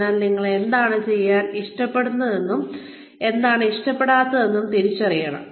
അതിനാൽ നിങ്ങൾ എന്താണ് ചെയ്യാൻ ഇഷ്ടപ്പെടുന്നതെന്നും എന്താണ് ചെയ്യാൻ ഇഷ്ടപ്പെടാത്തതെന്നും നിങ്ങൾ തിരിച്ചറിയണം